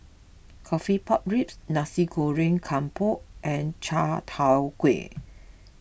Coffee Pork Ribs Nasi Goreng Kampung and Chai Tow Kuay